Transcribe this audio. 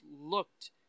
looked